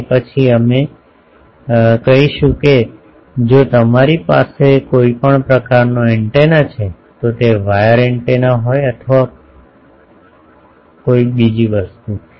અને તે પછી અમે કહી શકીશું કે જો તમારી પાસે કોઈપણ પ્રકારનો એન્ટેના છે તો તે વાયર એન્ટેના હોય અથવા કોઈ વસ્તુ